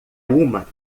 uma